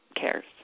cares